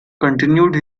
continued